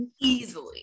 Easily